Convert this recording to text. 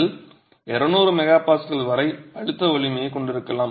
கல் 200 MPa வரை அழுத்த வலிமையைக் கொண்டிருக்கலாம்